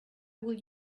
will